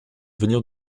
venir